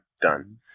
done